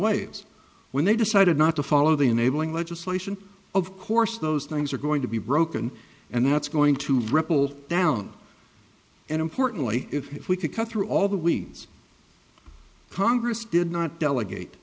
waves when they decided not to follow the enabling legislation of course those things are going to be broken and that's going to ripple down and importantly if we could cut through all the weeds congress did not delegate